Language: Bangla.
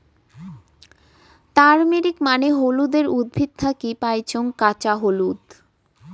তারমেরিক মানে হলুদের উদ্ভিদ থাকি পাইচুঙ কাঁচা হলুদ